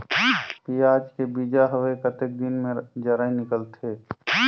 पियाज के बीजा हवे कतेक दिन मे जराई निकलथे?